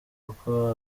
kuko